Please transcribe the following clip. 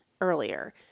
earlier